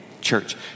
church